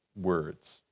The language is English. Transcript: words